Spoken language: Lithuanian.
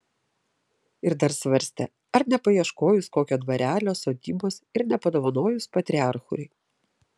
ir dar svarstė ar nepaieškojus kokio dvarelio sodybos ir nepadovanojus patriarchui